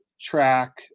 track